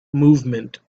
movement